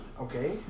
Okay